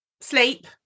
sleep